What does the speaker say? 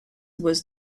was